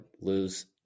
lose